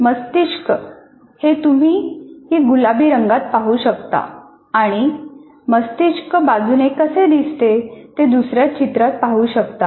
मस्तिष्क हे तुम्ही ही गुलाबी रंगात पाहू शकता आणि मस्तिष्क बाजूने कसे दिसते ते दुसर्या चित्रात पाहू शकता